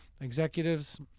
executives